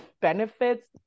benefits